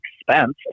expense